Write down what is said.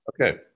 Okay